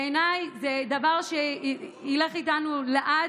בעיניי זה דבר שילך איתנו לעד.